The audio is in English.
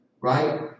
right